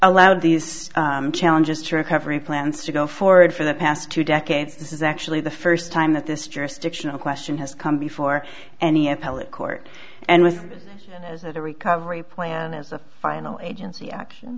allowed these challenges to recovery plans to go forward for the past two decades this is actually the first time that this jurisdictional question has come before any appellate court and with the recovery plan as a final agency action